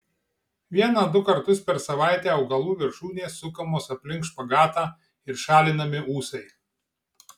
vieną du kartus per savaitę augalų viršūnės sukamos aplink špagatą ir šalinami ūsai